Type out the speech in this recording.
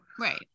Right